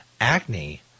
Acne